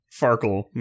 Farkle